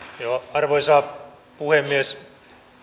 arvoisa puhemies